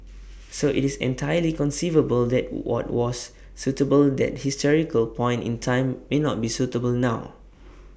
so IT is entirely conceivable that what was suitable that historical point in time may not be suitable now